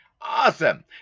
Awesome